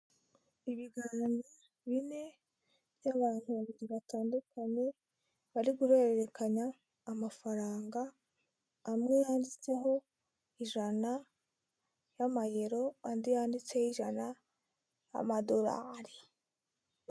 Ibigani bine by'abantu babiri batandukanye bari guhererekanya amafaranga amwe yanditseho ijana y'amayero, andi yanditseho ijana amadorari.